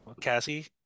Cassie